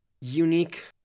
unique